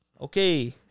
okay